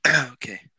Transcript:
Okay